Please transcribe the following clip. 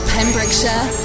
Pembrokeshire